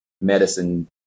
medicine